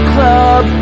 Club